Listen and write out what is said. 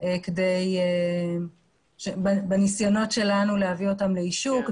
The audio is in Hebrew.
מאוד בניסיונות שלנו להביא אותן לאישור,